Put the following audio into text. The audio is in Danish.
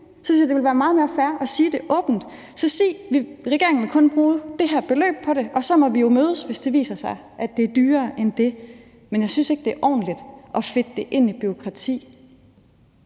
synes jeg, det ville være meget mere fair at sige det åbent; så sig, at regeringen kun vil bruge det her beløb på det, og så må vi jo mødes, hvis det viser sig, at det er dyrere end det. Men jeg synes ikke, det er ordentligt at fedte det ind i bureaukrati.